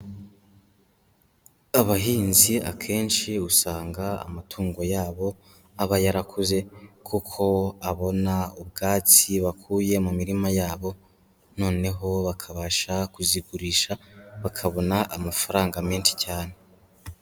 Abahinzi akenshi usanga amatungo yabo aba yarakuze kuko abona ubwatsi bakuye mu mirima yabo, noneho bakabasha kuzigurisha bakabona amafaranga menshi cyane.